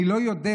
אני לא יודע.